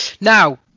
Now